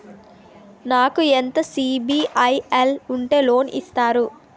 నాకు ఎంత సిబిఐఎల్ ఉంటే లోన్ ఇస్తారు?